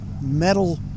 metal